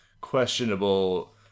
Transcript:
questionable